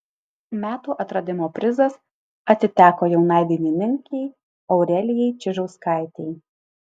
metų atradimo prizas atiteko jaunai dainininkei aurelijai čižauskaitei